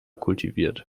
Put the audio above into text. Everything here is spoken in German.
kultiviert